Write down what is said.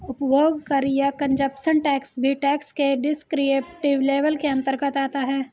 उपभोग कर या कंजप्शन टैक्स भी टैक्स के डिस्क्रिप्टिव लेबल के अंतर्गत आता है